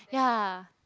ya